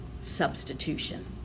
substitution